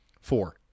Four